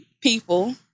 people